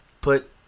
put